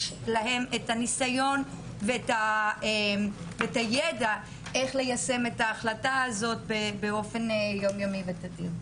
להם את הניסיון ואת הידע איך ליישם את ההחלטה הזאת באופן יום-יומי ותדיר.